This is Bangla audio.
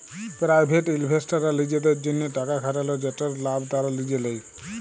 পেরাইভেট ইলভেস্টাররা লিজেদের জ্যনহে টাকা খাটাল যেটর লাভ তারা লিজে লেই